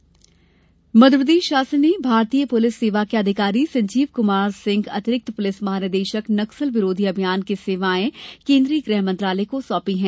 कार्यभार सौंपा मध्यप्रदेश शासन ने भारतीय पुलिस सेवा के अधिकारी संजीव कुमार सिंह अतिरिक्त प्रलिस महानिदेशक नक्सल विरोधी अभियान की सेवाएँ केन्दीय गृह मंत्रालय को सौंपी हैं